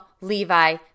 Levi